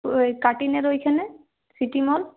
ওই কাটিঙের ওইখানে সিটি মল